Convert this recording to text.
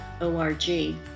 O-R-G